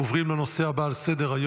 אנחנו עוברים לנושא הבא בסדר-היום: